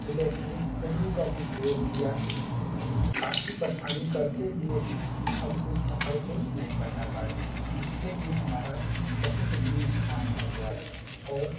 electric Tullu का भी प्रयोग किया काफ़ी परेशानी करते हुए भी हम उस फ़सल को नहीं बचा पाए जिससे कि हमारा बहुत ही नुकसान हो गया और